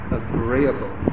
agreeable